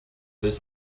this